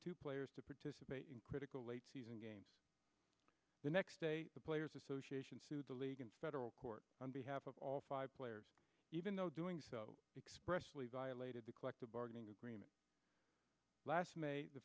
two players to participate in critical late season games the next day the players association to the league in federal court on behalf of all five players even though doing so expressly violated the collective bargaining agreement last may the